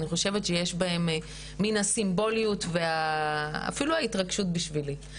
אני חושבת שיש בהם מן הסמבוליות ואפילו ההתרגשות בשבילי,